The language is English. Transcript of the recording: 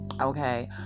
okay